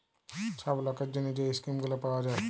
ছব লকের জ্যনহে যে ইস্কিম গুলা পাউয়া যায়